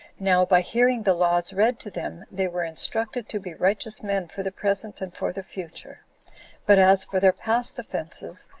now, by hearing the laws read to them, they were instructed to be righteous men for the present and for the future but as for their past offenses,